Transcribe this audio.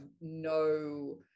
no